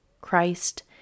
Christ